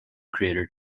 creator